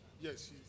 Yes